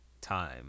time